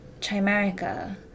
Chimerica